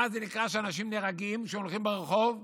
מה זה נקרא שאנשים נהרגים כשהם הולכים ברחוב.